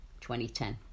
2010